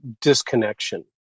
Disconnection